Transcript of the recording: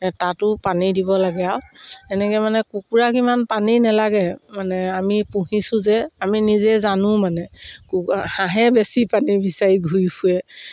তাতো পানী দিব লাগে আৰু এনেকৈ মানে কুকুৰাক ইমান পানী নালাগে মানে আমি পুহিছোঁ যে আমি নিজে জানো মানে হাঁহে বেছি পানী বিচাৰি ঘূৰি ফুৰে